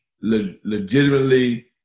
legitimately